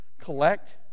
Collect